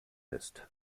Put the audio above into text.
ist